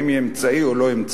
האם היא אמצעי או לא אמצעי.